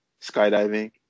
skydiving